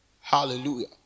hallelujah